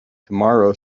tomorrow